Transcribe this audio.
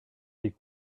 des